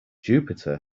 jupiter